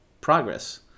progress